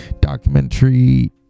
documentary